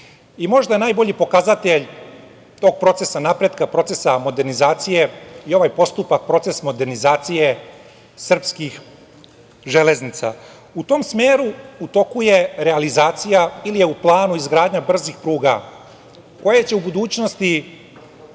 zemlje. Možda je najbolji pokazatelj tog procesa napretka, procesa modernizacije i ovaj postupak procesa modernizacije srpskih železnica. U tom smeru, u toku je realizacija ili je u planu izgradnja brzih pruga, koja će u budućnosti